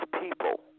people